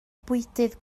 bwydydd